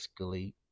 escalate